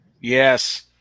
Yes